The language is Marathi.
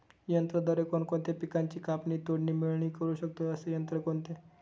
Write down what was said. यंत्राद्वारे कोणकोणत्या पिकांची कापणी, तोडणी, मळणी करु शकतो, असे यंत्र कोणते?